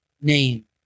name